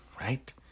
right